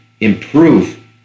improve